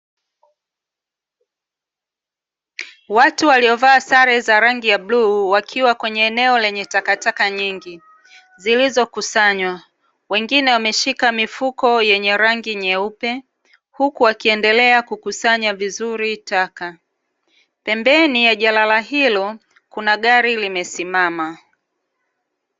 Watu waliovaa sare za rangi ya blue wakiwa kwenye eneo lenye takataka nyingi, zilizokusanywa. Wengine wameshika mifuko yenye rangi nyeupe huku wakiendelea kukusanya vizuri taka. Pembeni ya jalala hilo kuna gari limesimama.